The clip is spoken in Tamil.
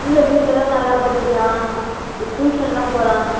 இல்லை வீட்டிலயெல்லாம் நல்லா படிக்கிறான் இது டியூசன்லாம் போகிறான்